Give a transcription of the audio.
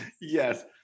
Yes